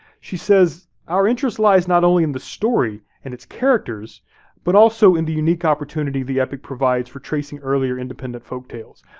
she says, our interest lies not only in the story and its characters but also in the unique opportunity the epic provides for tracing earlier independent folktales,